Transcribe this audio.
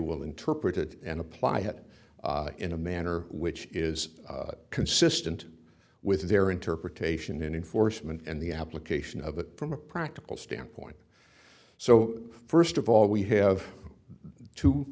will interpret it and apply it in a manner which is consistent with their interpretation and enforcement and the application of it from a practical standpoint so first of all we have to